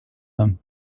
them